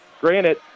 Granted